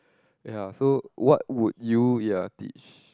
ya so what would you ya teach